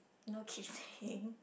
no quitting